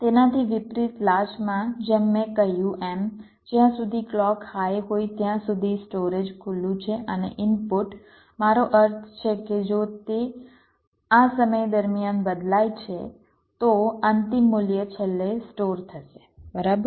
તેનાથી વિપરીત લાચમાં જેમ મેં કહ્યું એમ જ્યાં સુધી ક્લૉક હાઇ હોય ત્યાં સુધી સ્ટોરેજ ખુલ્લું છે અને ઇનપુટ મારો અર્થ છે કે જો તે આ સમય દરમિયાન બદલાય છે તો અંતિમ મૂલ્ય છેલ્લે સ્ટોર થશે બરાબર